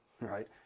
right